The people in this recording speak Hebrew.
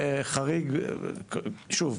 שוב,